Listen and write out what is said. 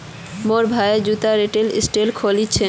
मोर भाया जूतार रिटेल स्टोर खोलील छ